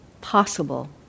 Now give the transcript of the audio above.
possible